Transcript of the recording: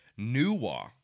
Nuwa